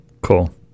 Cool